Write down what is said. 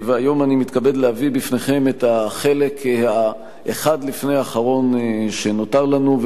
היום אני מתכבד להביא בפניכם את החלק האחד לפני האחרון שנותר לנו.